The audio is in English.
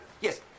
yes